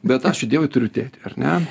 bet ačiū dievui turiu tėtį ar ne